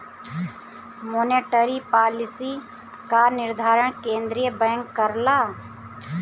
monetary policy क निर्धारण केंद्रीय बैंक करला